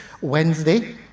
Wednesday